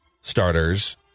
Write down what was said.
starters